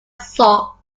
sox